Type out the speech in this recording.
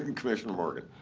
and commissioner morgan.